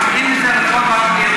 לכן אני אומרת: זה